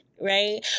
right